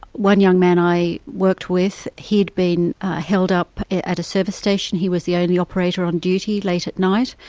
one young man i worked with, he'd been held up at a service station, he was the only operator on duty late at night,